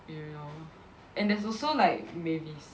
Ariel and there's also like Mavis